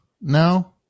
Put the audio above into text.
No